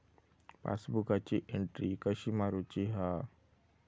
पासबुकाची एन्ट्री कशी मारुची हा?